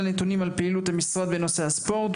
נתונים על פעילות המשרד בנושא הספורט,